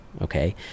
Okay